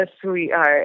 sweetheart